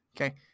okay